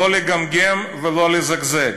לא לגמגם ולא לזגזג.